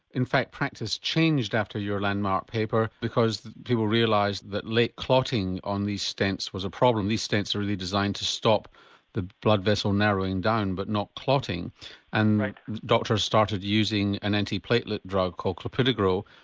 in fact practice changed after your landmark landmark paper because people realised that late clotting on these stents was a problem. these stents are really designed to stop the blood vessel narrowing down but not clotting and doctors started using an anti-platelet drug called clopidogrel.